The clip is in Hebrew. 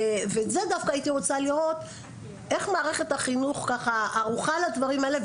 וזה דווקא הייתי רוצה לראות איך מערכת החינוך ככה ערוכה לדברים האלה?